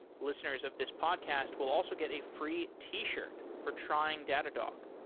listeners of this podcast will also get a free t-shirt for trying datadog.